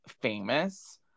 famous